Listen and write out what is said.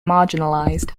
marginalised